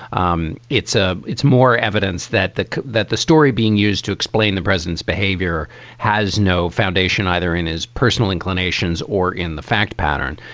um it's a it's more evidence that the that the story being used to explain the president's behavior has no foundation either in his personal inclinations or in the fact pattern.